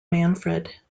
manfred